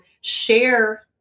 share